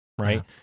right